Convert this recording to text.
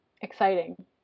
exciting